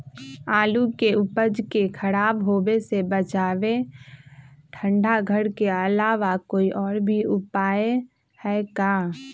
आलू के उपज के खराब होवे से बचाबे ठंडा घर के अलावा कोई और भी उपाय है का?